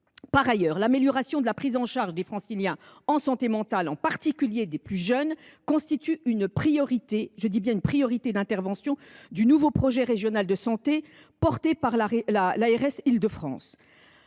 Par ailleurs, l’amélioration de la prise en charge des Franciliens en santé mentale, en particulier des plus jeunes, constitue une priorité d’intervention du nouveau projet régional de santé de l’ARS d’Île de France.